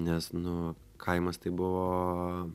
nes nu kaimas tai buvo